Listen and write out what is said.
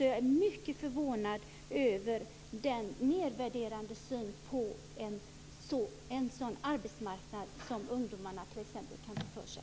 Jag är mycket förvånad över den nedvärderande synen på en arbetsmarknad där t.ex. ungdomar kan ta för sig.